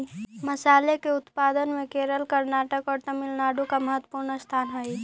मसाले के उत्पादन में केरल कर्नाटक और तमिलनाडु का महत्वपूर्ण स्थान हई